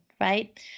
Right